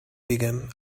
began